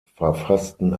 verfassten